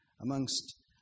amongst